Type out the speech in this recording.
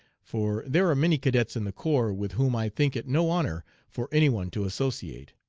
for there are many cadets in the corps with whom i think it no honor for any one to associate,